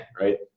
Right